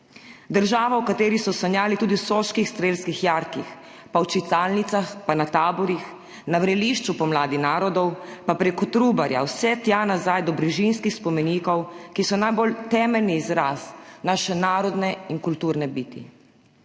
Država, o kateri so sanjali tudi v soških strelskih jarkih, pa v čitalnicah, pa na taborih, na vrelišču pomladi narodov, pa preko Trubarja vse tja nazaj do Brižinskih spomenikov, ki so najbolj temeljni izraz naše narodne in kulturne biti.